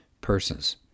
persons